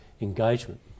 engagement